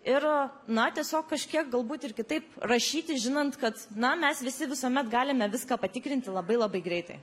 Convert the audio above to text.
ir na tiesiog kažkiek galbūt ir kitaip rašyti žinant kad na mes visi visuomet galime viską patikrinti labai labai greitai